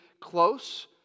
close